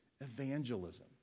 evangelism